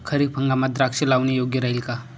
खरीप हंगामात द्राक्षे लावणे योग्य राहिल का?